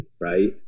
right